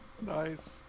Nice